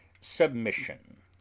submission